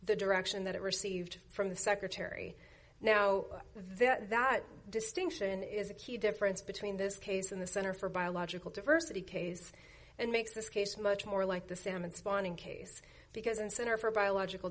the direction that it received from the secretary know that that distinction is a key difference between this case in the center for biological diversity cases and makes this case much more like the salmon spawning case because in center for biological